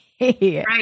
Right